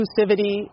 inclusivity